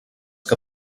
que